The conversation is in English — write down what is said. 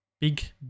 Big